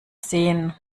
sehen